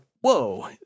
whoa